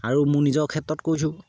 আৰু মোৰ নিজৰ ক্ষেত্ৰত কৈছোঁ